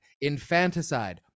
infanticide